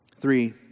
Three